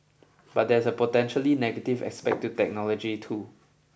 but there's a potentially negative aspect to technology too